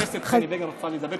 חבר הכנסת בני בגין רצה לדבר,